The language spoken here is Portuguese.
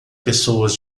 pessoas